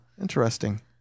interesting